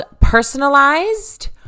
Personalized